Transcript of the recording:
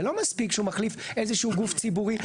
זה לא מספיק שהוא מחליף איזה שהוא גוף ציבורי.